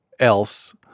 else